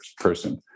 person